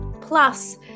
Plus